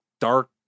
dark